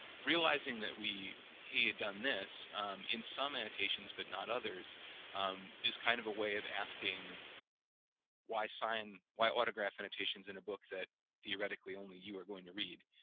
realizing that we had done this in some annotations but not others is kind of a way of asking why sign, why autograph annotations in a book that theoretically only you are going to read?